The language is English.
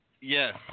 Yes